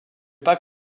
pas